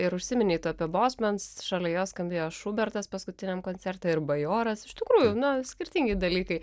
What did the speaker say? ir užsiminei tu apie bosmans šalia jos skambėjo šubertas paskutiniam koncerte ir bajoras iš tikrųjų na skirtingi dalykai